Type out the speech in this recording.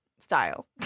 style